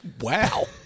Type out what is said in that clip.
Wow